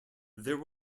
there